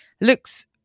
looks